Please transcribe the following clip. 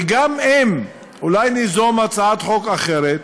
וגם אם אולי ניזום הצעת חוק אחרת,